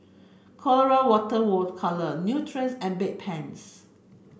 Colora Water Water Colour Nutrens and Bedpans